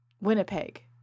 Winnipeg